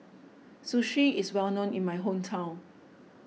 Sushi is well known in my hometown